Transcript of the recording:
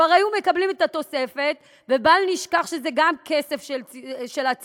כבר היו מקבלים את התוספת; ובל נשכח שזה גם כסף של הציבור.